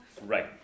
Right